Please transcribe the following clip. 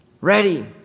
Ready